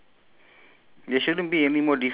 so this is the eight one ah